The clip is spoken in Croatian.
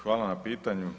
Hvala na pitanju.